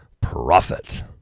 Profit